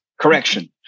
correction